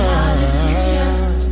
hallelujah